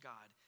God